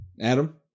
Adam